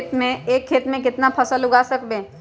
एक खेत मे केतना फसल उगाय सकबै?